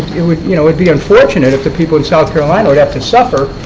would you know would be unfortunate if the people in south carolina would have to suffer.